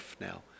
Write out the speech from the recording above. now